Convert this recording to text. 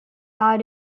are